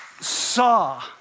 saw